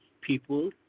people